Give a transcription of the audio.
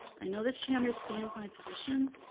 i know that she understands my position,